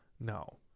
No